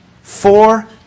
Four